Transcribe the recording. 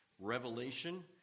Revelation